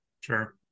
Sure